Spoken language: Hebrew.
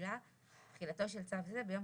בוקר טוב לכולם,